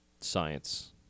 science